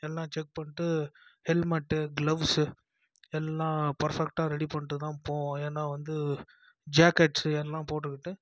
எல்லாம் செக் பண்ணிட்டு helmet gloves எல்லாம் பர்ஃபக்டாக ரெடி பண்ணிட்டு தான் போவோம் ஏன்னால் வந்து ஜாக்கெட்ஸு எல்லாம் போட்டுக்கிட்டு